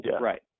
Right